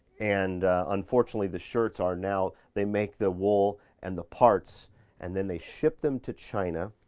and unfortunately the shirts are now, they make the wool and the parts and then they ship them to china,